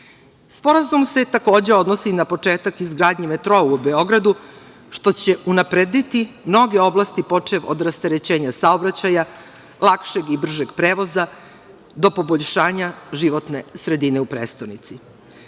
problem. Sporazum se, takođe, odnosi na početak izgradnje metroa u Beogradu, što će unaprediti mnoge oblasti, počev od rasterećenja saobraćaja, lakšeg i bržeg prevoza, do poboljšanja životne sredine u prestonici.